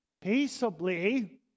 peaceably